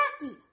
Jackie